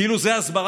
כאילו זאת הסברה.